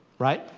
right.